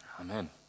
Amen